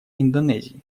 индонезии